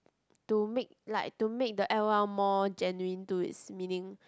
to make like to make the L_O_L more genuine to his meaning